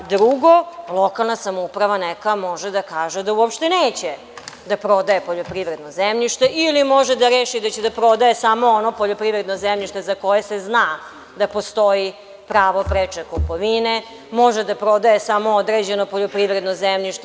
Drugo, neka lokalna samouprava može da kaže da uopšte neće da prodaje poljoprivredno zemljište, ili može da reši da će da prodaje samo ono poljoprivredno zemljište za koje se zna da postoji pravo preče kupovine, može da prodaje samo određeno poljoprivredno zemljište.